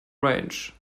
range